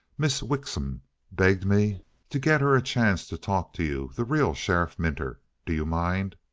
miss wickson begged me to get her a chance to talk to you the real sheriff minter. do you mind?